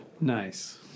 Nice